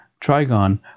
trigon